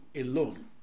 alone